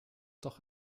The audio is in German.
doch